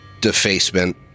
defacement